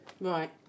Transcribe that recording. Right